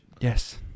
Yes